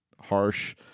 harsh